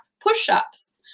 push-ups